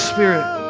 Spirit